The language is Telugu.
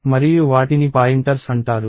మరియు వాటిని పాయింటర్స్ అంటారు